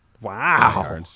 Wow